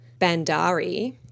Bandari